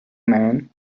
man